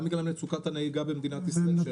גם בגלל מצוקת הנהיגה במדינת ישראל.